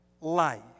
life